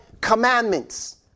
commandments